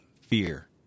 fear